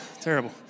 Terrible